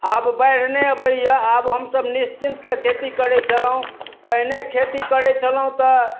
आब बाढ़ि नहि अबैया आब हमसभ निश्चिन्त सँ खेती करै छलहुॅं पहिने खेती करै छलहुॅं तऽ